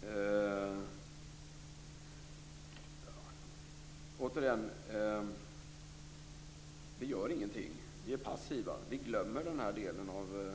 Fru talman! Återigen: Vi gör ingenting, vi är passiva, vi glömmer den här delen av